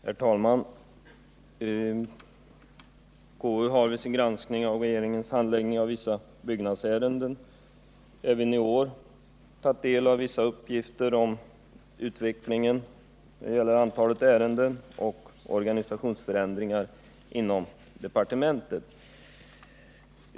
Herr talman! Konstitutionsutskottet har vid sin granskning av regeringens handläggning av vissa byggnadsärenden även i år tagit del av uppgifter om utvecklingen när det gäller antalet ärenden och organisationsförändringar inom departementet.